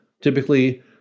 typically